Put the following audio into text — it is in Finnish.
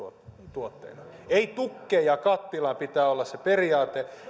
tuotteina ei tukkeja kattilaan pitää olla se periaate